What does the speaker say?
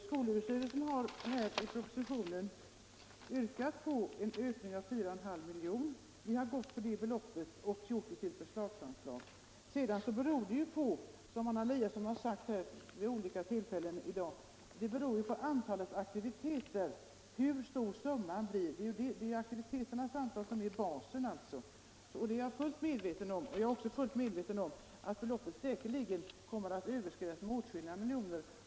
Skolöverstyrelsen har yrkat på en ökning med 4,5 miljoner, och vi har gått på det beloppet men velat göra det till ett förslagsanslag. Som fröken Eliasson har sagt flera gånger i dag beror det sedan på antalet aktiviteter hur stor summan blir. Det är sålunda antalet sammankomster som är basen. Jag är fullt medveten om det. Likaså är jag medveten om att beloppet säkerligen kommer att överskridas med åtskilliga miljoner.